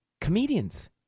Comedians